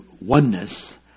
oneness